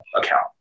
account